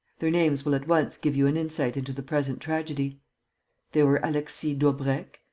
their names will at once give you an insight into the present tragedy they were alexis daubrecq,